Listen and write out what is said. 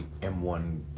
M1